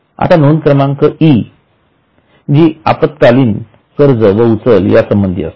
आता नोंद क्रमांक इ जी अल्पकालीन कर्ज व उचल संबधी असते